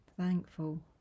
Thankful